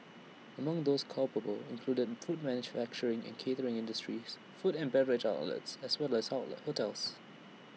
among those culpable included food manufacturing and catering industries food and beverage outlets as well as hotels